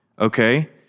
okay